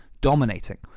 dominating